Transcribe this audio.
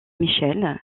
michel